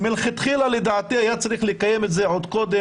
מלכתחילה, לדעתי, היה צריך לקיים את זה עוד קודם.